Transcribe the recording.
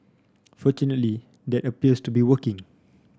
fortunately that appears to be working